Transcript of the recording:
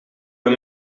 ben